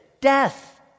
death